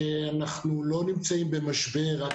שאנחנו לא נמצאים במשבר רק